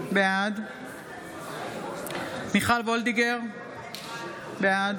בעד מיכל מרים וולדיגר, בעד